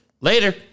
later